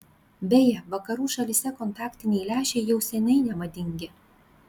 beje vakarų šalyse kontaktiniai lęšiai jau seniai nemadingi